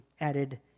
added